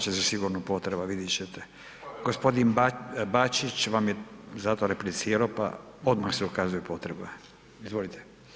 Ukazat će se sigurno potreba, vidit ćete. g. Bačić vam je zato repliciro, pa odmah se ukazuje potreba, izvolite.